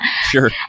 Sure